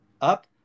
up